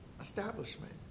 establishment